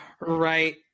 Right